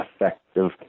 effective